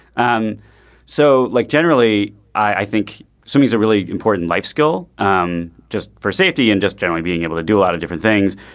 um so like generally i think sammy is a really important life skill um just for safety and just generally being able to do a lot of different things.